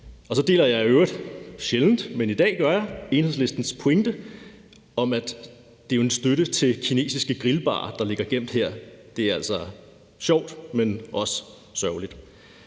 Så deler jeg i øvrigt – det er sjældent, men i dag gør jeg – Enhedslistens pointe om, at det jo er en støtte til kinesiske grillbarer, der ligger gemt her. Det er altså sjovt, men også sørgeligt.